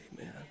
Amen